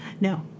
No